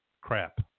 crap